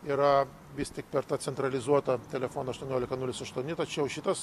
yra vis tik per tą centralizuotą telefoną aštuoniolika nulis aštuoni tačiau šitas